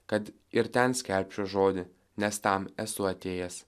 kad ir ten skelbčiau žodį nes tam esu atėjęs